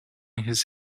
his